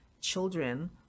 children